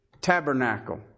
tabernacle